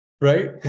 right